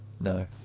No